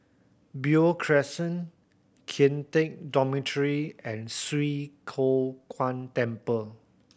Beo Crescent Kian Teck Dormitory and Swee Kow Kuan Temple